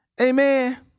Amen